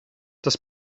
das